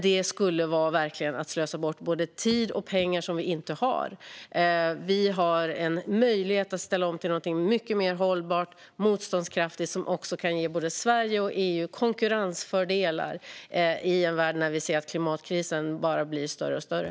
Det skulle dock verkligen vara att slösa bort både tid och pengar som vi inte har. Vi har en möjlighet att ställa om till något mycket mer hållbart och motståndskraftigt som också kan ge både Sverige och EU konkurrensfördelar i en värld där vi ser att klimatkrisen bara blir större och större.